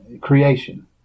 creation